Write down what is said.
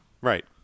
right